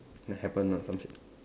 that happen or some shit